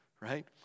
right